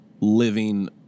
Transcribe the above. living